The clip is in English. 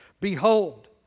behold